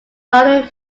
following